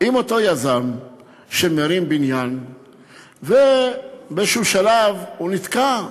עם אותו יזם שמרים בניין ובאיזשהו שלב הוא נתקע,